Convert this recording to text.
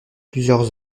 plusieurs